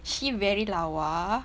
she very lawa